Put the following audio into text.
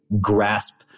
grasp